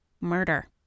Murder